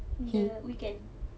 the weekend